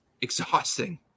exhausting